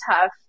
tough